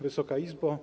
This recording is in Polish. Wysoka Izbo!